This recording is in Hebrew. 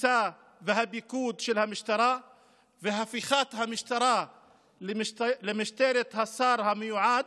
התפיסה והפיקוד של המשטרה והפיכת המשטרה למשטרת השר המיועד,